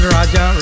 Raja